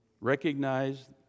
recognize